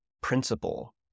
principle